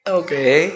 okay